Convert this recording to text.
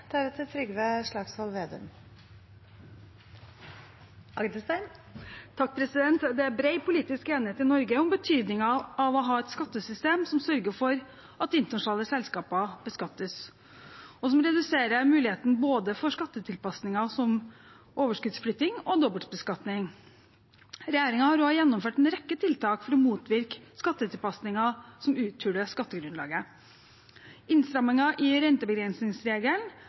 politisk enighet i Norge om betydningen av å ha et skattesystem som sørger for at internasjonale selskaper beskattes, og som reduserer muligheten for skattetilpasninger som overskuddsflytting og dobbeltbeskatning. Regjeringen har gjennomført en rekke tiltak for å motvirke skattetilpasninger som uthuler skattegrunnlaget. Innstramminger i rentebegrensningsregelen